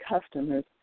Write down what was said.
customers